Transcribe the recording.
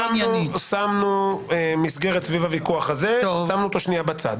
שמנו את זה שנייה בצד.